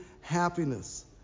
happiness